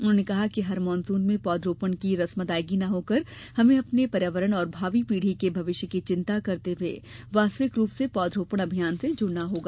उन्होंने कहा कि हर मानसून में पौध रोपण की रस्म अदायगी न होकर हमें अपने पर्यावरण और भावी पीढ़ी के भविष्य की चिंता करते हुए वास्तविक रूप से पौध रोपण अभियान से जुड़ना होगा